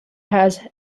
has